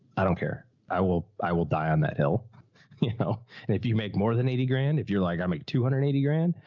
i don't care. i will, i will die on that hill, you know? and if you make more than eighty grand, if you're like, i make two hundred and eighty grand,